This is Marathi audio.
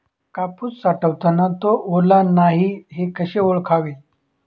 कापूस साठवताना तो ओला नाही हे कसे ओळखावे?